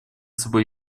собой